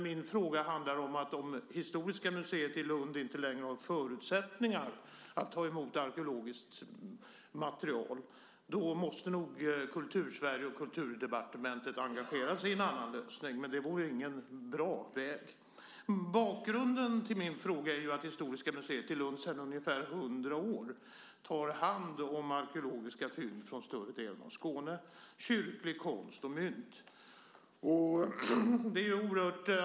Min fråga handlar om att ifall Historiska museet i Lund inte längre har förutsättningar att ta emot arkeologiskt material måste nog Kultur-Sverige och Kulturdepartementet engagera sig för en annan lösning. Det vore dock ingen bra väg att gå. Bakgrunden till min fråga är att Historiska museet i Lund sedan ungefär hundra år tar hand om arkeologiska fynd från större delen av Skåne samt kyrklig konst och mynt.